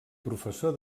professor